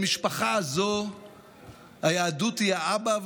במשפחה הזו היהדות היא האבא,